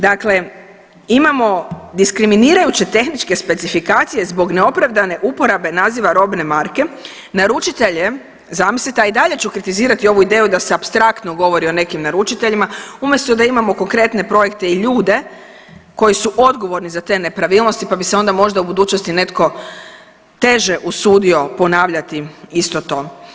Dakle, imamo diskriminirajuće tehničke specifikacije zbog neopravdane uporabe naziva robne marke naručitelje, zamislite, a i dalje ću kritizirati ovu ideju da se apstraktno govori o nekim naručiteljima umjesto da imamo konkretno projekte i ljude koji su odgovorni za te nepravilnosti pa bi se onda možda u budućnosti netko teže usudio ponavljati isto to.